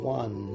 one